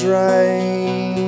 right